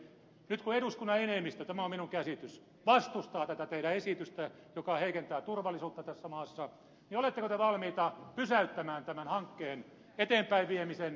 nyt kun eduskunnan enemmistö tämä on minun käsitykseni vastustaa tätä teidän esitystänne joka heikentää turvallisuutta tässä maassa oletteko te valmiita pysäyttämään tämän hankkeen eteenpäinviemisen